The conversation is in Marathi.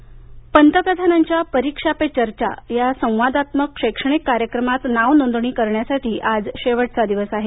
परीक्षा पे चर्चा पंतप्रधानांच्या परीक्षा पे चर्चा या संवादात्मक शैक्षणिक कार्यक्रमात नावनोंदणी करण्यासाठी आज शेवटचा दिवस आहे